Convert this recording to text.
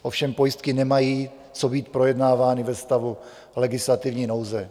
Ovšem pojistky nemají co být projednávány ve stavu legislativní nouze.